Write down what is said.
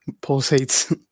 pulsates